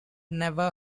never